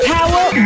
Power